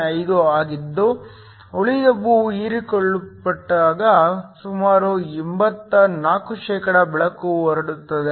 05 ಆಗಿದ್ದು ಉಳಿದವು ಹೀರಿಕೊಳ್ಳಲ್ಪಟ್ಟಾಗ ಸುಮಾರು 84 ಬೆಳಕು ಹರಡುತ್ತದೆ